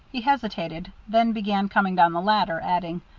he hesitated, then began coming down the ladder, adding,